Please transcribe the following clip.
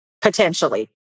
potentially